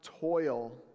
toil